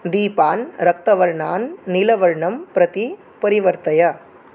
दीपान् रक्तवर्णात् नीलवर्णं प्रति परिवर्तय